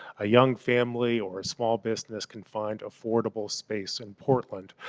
a young family or a small business can find affordable space in portland.